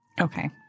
Okay